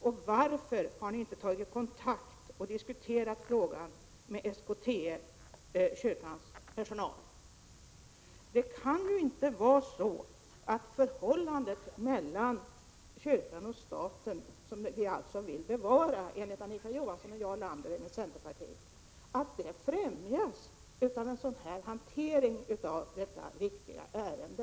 Och varför har ni inte tagit kontakt med och diskuterat frågan med SKTF, kyrkans personal? Det kan ju inte vara så att förhållandet mellan kyrkan och staten, som ni enligt Anita Johansson och Jarl Lander och vi inom centerpartiet vill bevara, främjas av en sådan här hantering av detta viktiga ärende.